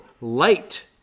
light